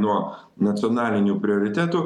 nuo nacionalinių prioritetų